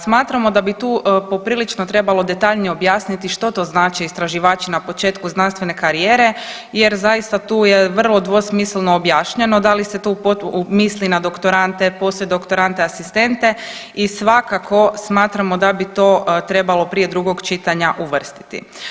Smatramo da bi tu poprilično trebalo detaljnije objasniti što to znače istraživači na početku znanstvene karijere jer zaista tu je vrlo dvosmisleno objašnjeno, da li se tu misli na doktorante, poslijedoktorante, asistente i svakako smatramo da bi to trebalo prije drugog čitanja uvrstiti.